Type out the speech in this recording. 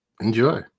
enjoy